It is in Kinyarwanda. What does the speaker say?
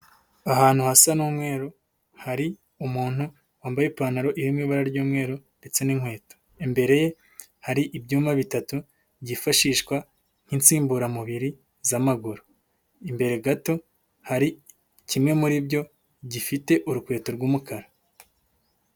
Ahantu hasa n'umweru, hari umuntu wambaye ipantaro iri mu ibara ry'umweru ndetse n'inkweto. Imbere ye hari ibyumba bitatu byifashishwa nk'insimburamubiri z'amaguru. Imbere gato hari kimwe muri byo gifite urukweto rw'umukara.